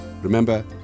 Remember